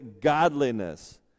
godliness